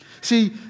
See